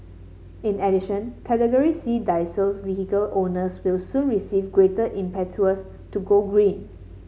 in addition Category C diesels vehicle owners will soon receive greater impetus to go green